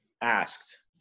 asked